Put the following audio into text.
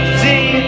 see